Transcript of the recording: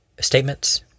statements